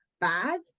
bad